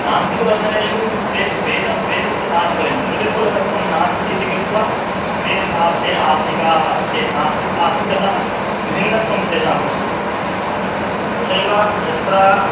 नास्तिकदर्शनेषु ते वेदं वेदस्य तात्पर्यं श्रुतिमूलकत्वं नास्ति इति कृत्वा ते ता ते आस्तिकाः के नास्ति आस्तिकतः भिन्नत्वं तेषां प्रस्तूयते तथैव यत्र